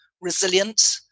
resilient